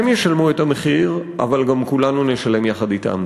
הם ישלמו את המחיר, אבל גם כולנו נשלם יחד אתם.